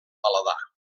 paladar